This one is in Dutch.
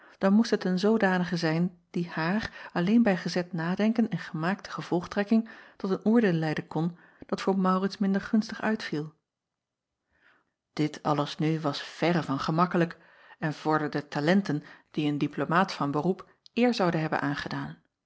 dan moest het een zoodanige zijn die haar alleen bij gezet nadenken en gemaakte gevolgtrekking tot een oordeel leiden kon dat voor aurits minder gunstig uitviel it alles nu was verre van gemakkelijk en vorderde talenten die een diplomaat van beroep eer zouden hebben aangedaan